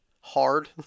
hard